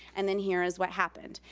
and then here is what happened.